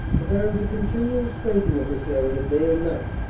for there is a continual straafing of this area day and night,